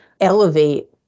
elevate